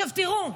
עכשיו, תראו,